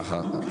ככה.